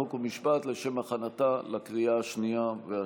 חוק ומשפט לשם הכנתה לקריאה השנייה והשלישית.